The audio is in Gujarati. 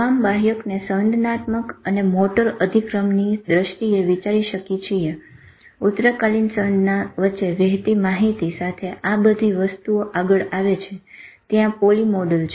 તમામ બાહ્યકને સંવેદનાત્મક અને મોટોર અધીક્રમની દ્રષ્ટિએ વિચારી શકી છીએ ઉતરકાલીન સંવેદના વચ્ચે વેહતી માહિતી સાથે આ બધી વસ્તુઓ આગળ આવે છે ત્યાં પોલીમોડલ છે